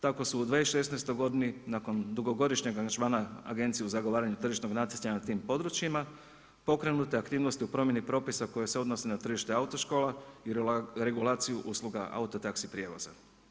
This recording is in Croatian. Tako su u 2016. godini nakon dugogodišnjeg angažmana Agencije u zagovaranju tržišnog natjecanja u tim područjima pokrenute aktivnosti u promjeni propisa koje se odnose na tržište autoškola i regulaciju usluga auto taxi prijevoza.